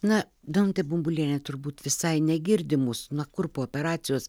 na danutė bumbulienė turbūt visai negirdi mūs na kur po operacijos